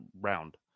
round